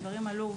הדברים עלו,